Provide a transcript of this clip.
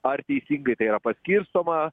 ar teisingai tai yra paskirstoma